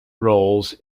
roles